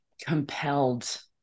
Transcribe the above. compelled